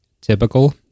typical